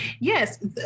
Yes